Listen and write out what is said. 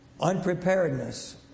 Unpreparedness